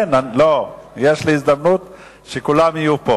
יש לי הזדמנות שכולם יהיו פה.